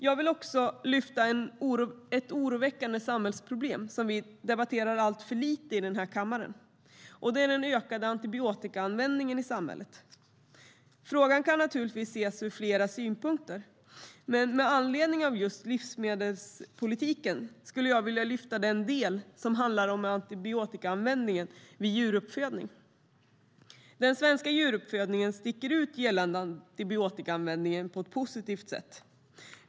Jag vill även lyfta ett oroväckande samhällsproblem som vi debatterar alltför lite i den här kammaren, och det är den ökade antibiotikaanvändningen i samhället. Frågan kan naturligtvis ses ur flera synvinklar, men med anledning av just livsmedelspolitiken skulle jag vilja ta upp den del som handlar om antibiotikaanvändning vid djuruppfödning. Den svenska djuruppfödningen sticker ut på ett positivt sätt när det gäller antibiotikaanvändningen.